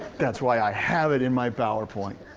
that's why i have it in my powerpoint.